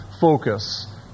focus